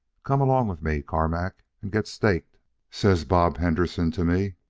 come along with me, carmack, and get staked says bob henderson to me.